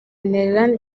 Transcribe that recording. netherland